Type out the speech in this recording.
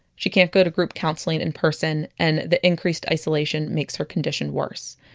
she can't go to group counseling in person and the increased isolation makes her condition worse.